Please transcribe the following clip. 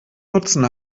nutzen